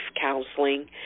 counseling